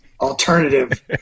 alternative